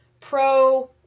pro